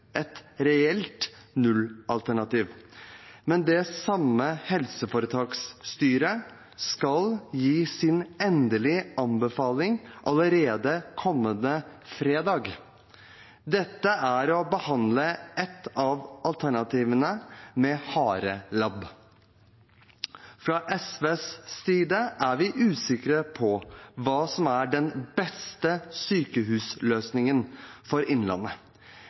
et reelt nullalternativ, men det samme helseforetaksstyret skal gi sin endelige anbefaling allerede kommende fredag. Dette er en behandling der en farer over et av alternativene med harelabb. Fra SVs side er vi usikre på hva som er den beste sykehusløsningen for Innlandet,